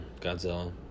Godzilla